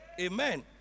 Amen